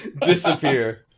Disappear